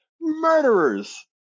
Murderers